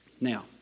Now